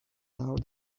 now